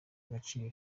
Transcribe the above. agaciro